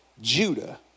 Judah